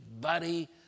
buddy